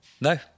No